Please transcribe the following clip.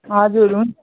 हजुर हुन्छ